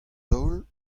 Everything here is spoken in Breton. daol